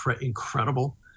incredible